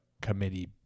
committee